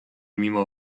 mimo